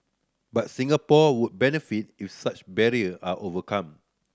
but Singapore would benefit if such barrier are overcome